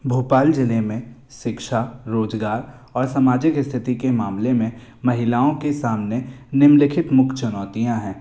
भोपाल जिले में शिक्षा रोजगार और सामाजिक स्थिति के मामले में महिलाओं के सामने निम्नलिखित मुख्य चुनौतीयाँ हैं